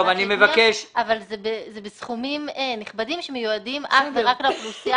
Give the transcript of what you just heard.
אבל זה בסכומים נכבדים שמיועדים אך ורק לאוכלוסייה